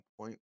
point